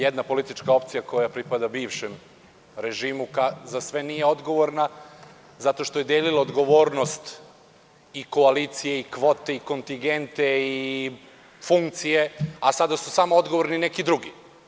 Jedna politička opcija koja pripada bivšem režimu za sve nije odgovorna zato što je delila odgovornost i koalicije i kvote i kontigente i funkcije, a sada su samo odgovorni neki drugi.